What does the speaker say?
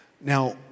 Now